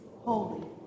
holy